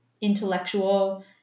intellectual